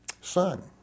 son